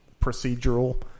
procedural